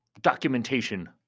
documentation